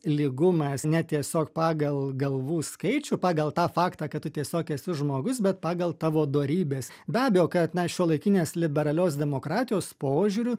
lygumas ne tiesiog pagal galvų skaičių pagal tą faktą kad tu tiesiog esi žmogus bet pagal tavo dorybes be abejo kad na šiuolaikinės liberalios demokratijos požiūriu